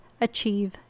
achieve